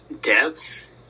depth